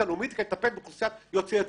הלאומית כדי לטפל באוכלוסיית יוצאי אתיופיה.